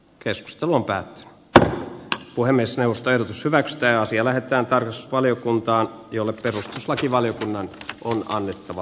keskustelu pää tai puhemiesneuvosto ehdotus hyväksytään asia lähettää tarjous valiokuntaan jolle perustuslakivaliokunnan on annettava